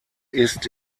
ist